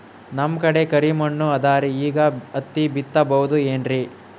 ನಮ್ ಕಡೆ ಕರಿ ಮಣ್ಣು ಅದರಿ, ಈಗ ಹತ್ತಿ ಬಿತ್ತಬಹುದು ಏನ್ರೀ?